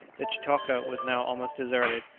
the chitoka was now almost deserted,